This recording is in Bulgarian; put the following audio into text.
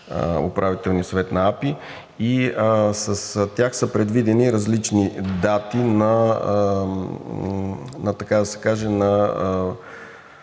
Управителния съвет на АПИ и с тях са предвидени различни дати,